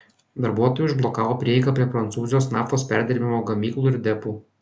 darbuotojai užblokavo prieigą prie prancūzijos naftos perdirbimo gamyklų ir depų